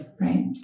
Right